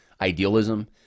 idealism